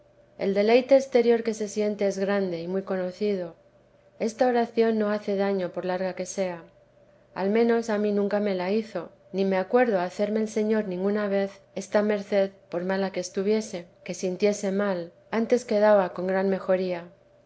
el deleite exterior que se siente es grande y muy conocido esta oración no hace daño por larga que sea al menos a mí nunca me le hizo ni me acuerdo hacerme el señor ninguna vez esta merced por mala que estuviese que sintiese mal antes quedaba con gran mejoría